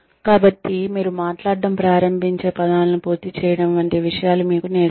కాబట్టి మీరు మాట్లాడటం ప్రారంభించే పదాలను పూర్తి చేయడం వంటి విషయాలు మీకు నేర్పుతారు